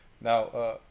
Now